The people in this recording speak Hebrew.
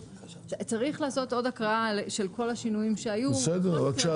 צריך לעשות עוד הקראה של כל השינויים שהיו בכל מקרה,